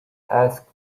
asked